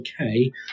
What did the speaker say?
okay